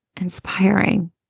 inspiring